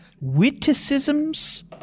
Witticisms